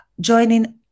joining